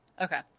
okay